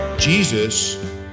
Jesus